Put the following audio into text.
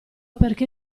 perché